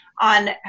on